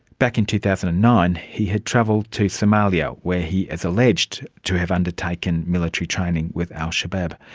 back in two thousand and nine, he had travelled to somalia where he is alleged to have undertaken military training with al-shabaab.